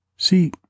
See